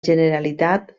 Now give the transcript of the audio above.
generalitat